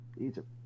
Egypt